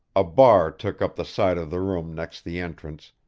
a bar took up the side of the room next the entrance,